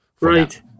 right